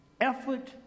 effort